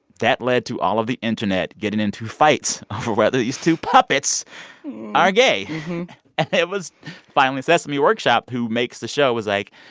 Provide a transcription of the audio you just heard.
that led to all of the internet getting into fights over whether these two puppets are gay. and it was finally sesame workshop, who makes the show was like,